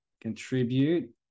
contribute